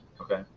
okay